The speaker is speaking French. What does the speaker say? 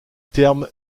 terme